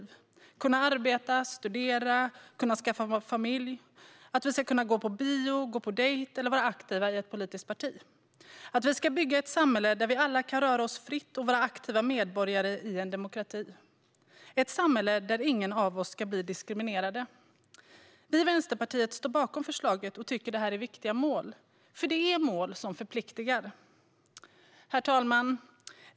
Vi ska kunna arbeta, studera och skaffa familj. Vi ska kunna gå på bio, gå på dejt eller vara aktiva i ett politiskt parti. Vi ska bygga ett samhälle där vi alla kan röra oss fritt och vara aktiva medborgare i en demokrati, ett samhälle där ingen av oss ska bli diskriminerad. Vi i Vänsterpartiet står bakom förslaget och tycker att det här är viktiga mål, för det är mål som förpliktar. Herr talman!